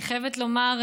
אני חייבת לומר,